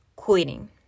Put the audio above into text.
Quitting